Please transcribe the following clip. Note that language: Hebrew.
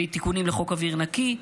ותיקונים לחוק אוויר נקי.